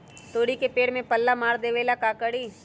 तोड़ी के पेड़ में पल्ला मार देबे ले का करी?